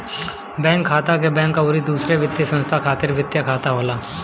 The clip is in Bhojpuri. बैंक खाता, बैंक अउरी दूसर वित्तीय संस्था खातिर वित्तीय खाता होला